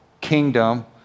kingdom